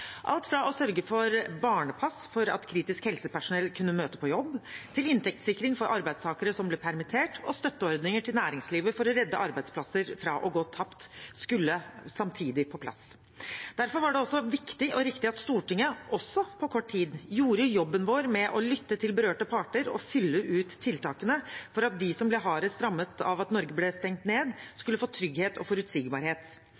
Alt fra å sørge for barnepass slik at kritisk helsepersonell kunne møte på jobb, til inntektssikring for arbeidstakere som ble permittert, og støtteordninger til næringslivet for å redde arbeidsplasser fra å gå tapt skulle samtidig på plass. Derfor var det også viktig og riktig at Stortinget – også på kort tid – gjorde jobben vår med å lytte til berørte parter og fylle ut tiltakene for at de som ble hardest rammet av at Norge ble stengt ned,